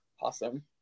Awesome